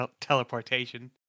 teleportation